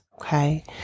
Okay